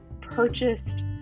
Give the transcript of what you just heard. purchased